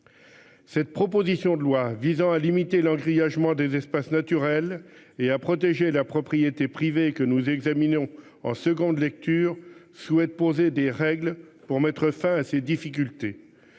Cette proposition de loi visant à limiter leurs grillage moi des espaces naturels et à protéger la propriété privée que nous examinions en seconde lecture souhaite poser des règles pour mettre fin à ces difficultés.